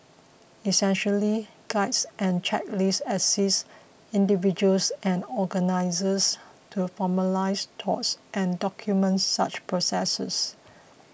essentially guides and checklist assists individuals and organisers to formalise thoughts and document such processes